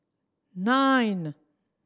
nine